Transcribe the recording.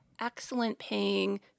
excellent-paying